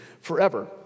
forever